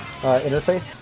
interface